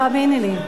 תאמיני לי.